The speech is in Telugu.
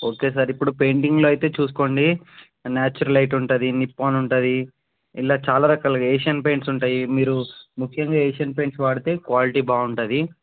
ఓకే సార్ ఇప్పుడు పెయింటింగ్ అయితే చూసుకోండి నేచురలైట్ ఉంటుంది నిప్పాన్ ఉంటుంది ఇలా చాలా రకాలుగా ఏషియన్ పెయింట్స్ ఉంటాయి మీరు ముఖ్యంగా ఏషియన్ పెయింట్స్ వాడితే క్వాలిటీ బాగుంటుంది